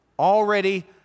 already